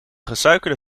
gesuikerde